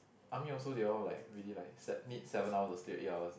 army also they all like really like set need seven hours of sleep eight hours